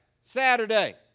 Saturday